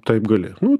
taip gali nu